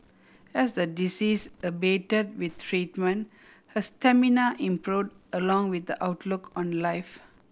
as the disease abated with treatment her stamina improved along with the outlook on life